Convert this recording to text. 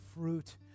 fruit